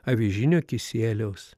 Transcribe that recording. avižinio kisieliaus